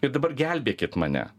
ir dabar gelbėkit mane